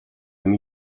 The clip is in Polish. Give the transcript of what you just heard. tym